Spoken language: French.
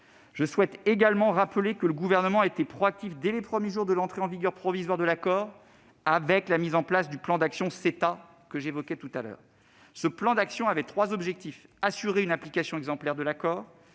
Je souhaite également rappeler que le Gouvernement a été proactif dès les premiers jours de l'entrée en vigueur provisoire de l'accord avec la mise en place du plan d'action CETA, qui visait trois objectifs : assurer une application exemplaire de l'accord